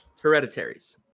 hereditaries